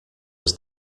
was